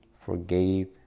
forgave